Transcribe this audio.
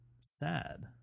sad